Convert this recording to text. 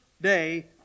day